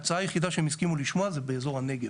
ההצעה היחידה שהם ההסכימו לשמוע זה באזור הנגב.